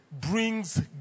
brings